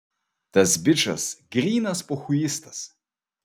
tas bičas grynas pochuistas